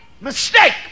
mistake